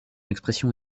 expression